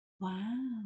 Wow